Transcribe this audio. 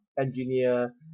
engineer